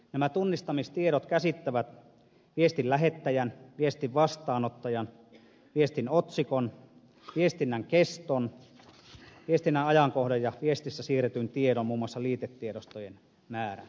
nämä tunnistamistiedot käsittävät viestin lähettäjän viestin vastaanottajan viestin otsikon viestinnän keston viestinnän ajankohdan ja viestissä siirretyn tiedon muun muassa liitetiedostojen määrän